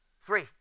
Three